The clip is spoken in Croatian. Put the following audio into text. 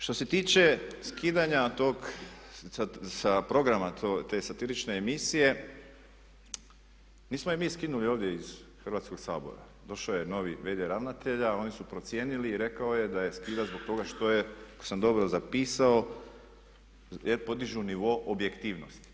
Što se tiče skidanja sa programa te satirične emisije nismo je mi skinuli ovdje iz Hrvatskog sabora, došao je novi v.d. ravnatelja, oni su procijenili i rekao je da je skida zbog toga što je ako sam dobro zapisao jer podižu nivo objektivnosti.